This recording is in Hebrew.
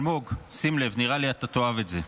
אלמוג, שים לב, נראה לי שאתה תאהב את זה.